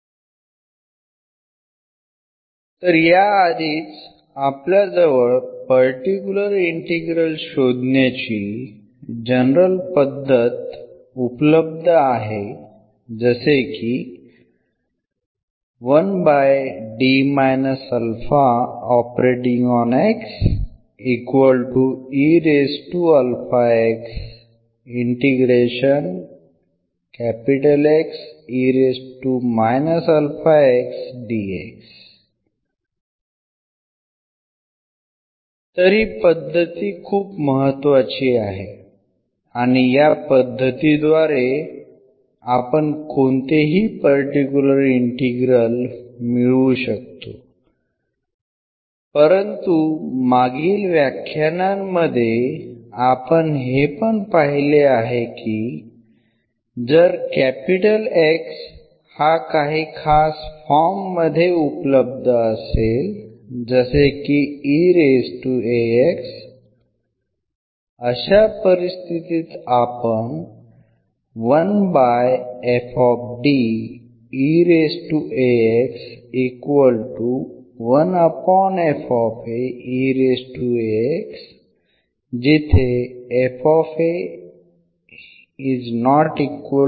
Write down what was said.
तरी या आधीच आपल्या जवळ पर्टिक्युलर इंटिग्रल शोधण्याची जनरल पद्धत उपलब्ध आहे जसे की तर ही पद्धती खूप महत्त्वाची आहे आणि या पद्धतीद्वारे आपण कोणतेही पर्टिक्युलर इंटीग्रल मिळवू शकतो परंतु मागील व्याख्यानांमध्ये आपण हे पण पाहिले आहे की जर X हा काही खास फॉर्म मध्ये उपलब्ध असेल जसे की अशा परिस्थितीत आपण हे दिलेले असेल